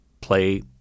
play –